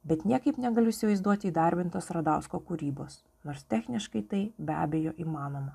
bet niekaip negaliu įsivaizduoti įdarbintos radausko kūrybos nors techniškai tai be abejo įmanoma